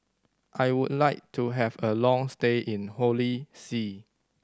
I would like to have a long stay in Holy See